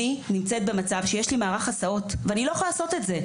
אני נמצאת במצב שיש לי מערך הסעות ואני לא יכולה לעשות את זה.